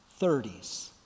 30s